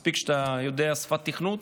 מספיק שאתה יודע שפת תכנות,